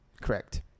Correct